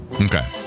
Okay